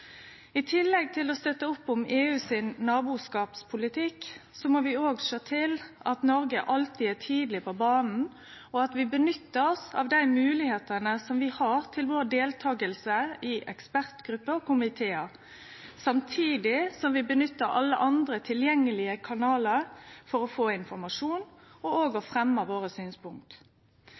I tillegg til å støtte opp om EUs naboskapspolitikk må vi òg sjå til at Noreg alltid er tidleg på banen, og at vi nyttar oss av dei moglegheitene som vi har til deltaking i ekspertgrupper og komitear, samtidig som vi nyttar alle andre tilgjengelege kanalar for å få informasjon og også fremje våre synspunkt.